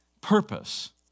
purpose